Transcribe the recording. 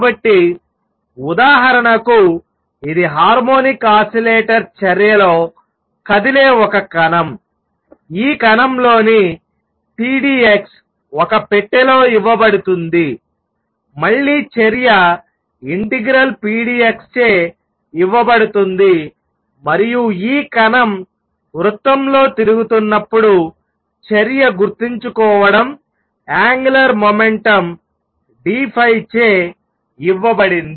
కాబట్టి ఉదాహరణకు ఇది హార్మోనిక్ ఆసిలేటర్ చర్యలో కదిలే ఒక కణం ఈ కణంలోని pdx ఒక పెట్టెలో ఇవ్వబడుతుంది మళ్ళీ చర్య ∫pdx చే ఇవ్వబడుతుంది మరియు ఈ కణం వృత్తంలో తిరుగుతున్నప్పుడు చర్య గుర్తుంచుకోవడం యాంగులర్ మొమెంటం dϕచే ఇవ్వబడింది